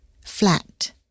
flat